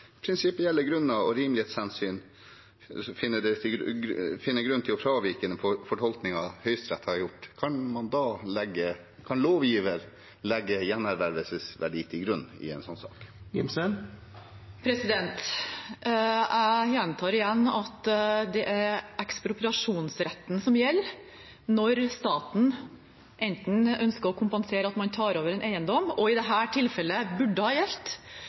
grunn til å fravike den fortolkningen Høyesterett har gjort? Kan lovgiver legge gjenervervsverdi til grunn i en sånn sak? Jeg gjentar igjen at det er ekspropriasjonsretten som gjelder når staten ønsker å kompensere at man tar over en eiendom, og som i dette tilfellet burde ha gjeldt